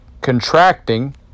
contracting